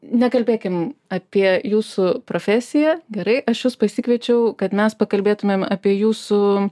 nekalbėkim apie jūsų profesiją gerai aš jus pasikviečiau kad mes pakalbėtumėm apie jūsų